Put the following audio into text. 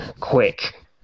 quick